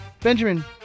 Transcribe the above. Benjamin